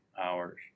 hours